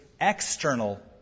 external